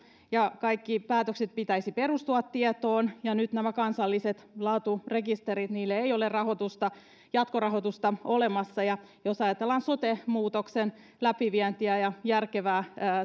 ja kaikkien päätösten pitäisi perustua tietoon nyt näille kansallisille laaturekistereille ei ole rahoitusta jatkorahoitusta olemassa ja jos ajatellaan sote muutoksen läpivientiä ja järkevää